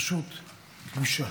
פשוט בושה.